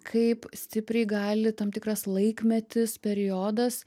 kaip stipriai gali tam tikras laikmetis periodas